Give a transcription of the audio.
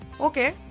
Okay